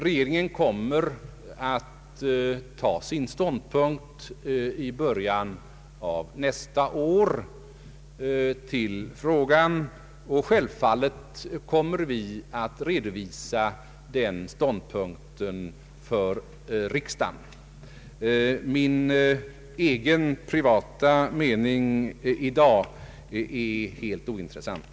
Regeringen kommer att ta ställning till frågan i början av nästa år, och självfallet kommer vi att redovisa vår ståndpunkt för riksdagen. Min egen privata mening i dag är helt ointressant.